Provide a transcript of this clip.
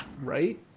right